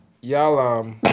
y'all